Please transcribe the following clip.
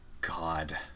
god